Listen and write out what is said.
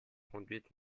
conduites